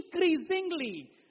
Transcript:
increasingly